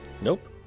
Nope